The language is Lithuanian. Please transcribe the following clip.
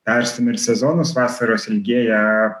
perstūmia ir sezonus vasaros ilgėja